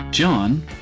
John